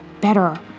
better